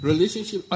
Relationship